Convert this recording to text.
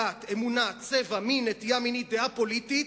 דת, אמונה, צבע, מין, נטייה מינית, דעה פוליטית,